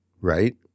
right